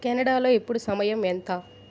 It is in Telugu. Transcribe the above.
కెనడాలో ఇప్పుడు సమయం ఎంత